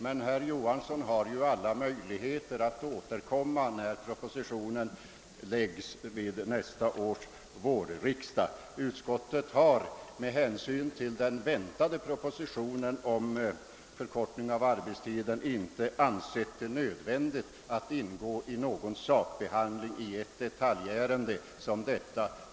Men herr Johansson har alla möjligheter att återkomma när propositionen framläggs vid nästa års vårriksdag. Utskottet har med hänsyn till den väntade propositionen om förkortning av arbetstiden inte ansett det nödvändigt att ingå i någon sakbehandling av ett detaljärende som detta.